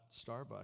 Starbucks